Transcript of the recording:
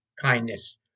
kindness